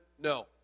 no